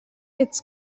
its